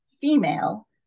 female